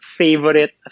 favorite